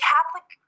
Catholic